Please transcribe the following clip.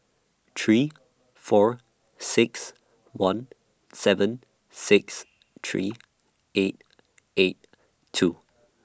three four six one seven six three eight eight two